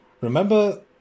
Remember